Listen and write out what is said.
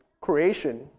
creation